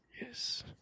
Yes